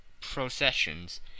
processions